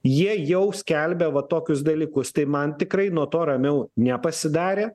jie jau skelbia va tokius dalykus tai man tikrai nuo to ramiau nepasidarė